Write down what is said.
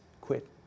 quit